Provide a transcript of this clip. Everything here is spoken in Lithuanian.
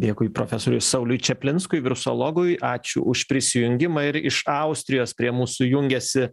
dėkui profesoriui sauliui čaplinskui virusologui ačiū už prisijungimą ir iš austrijos prie mūsų jungiasi